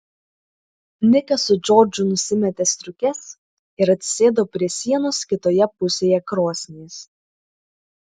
nikas su džordžu nusimetė striukes ir atsisėdo prie sienos kitoje pusėje krosnies